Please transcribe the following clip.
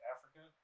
Africa